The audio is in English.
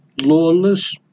lawless